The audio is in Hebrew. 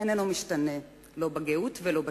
ואיננו משתנה, לא בגאות ולא בשפל.